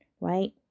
right